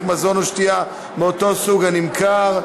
מזון או שתייה מאותו סוג הנמכר במקום),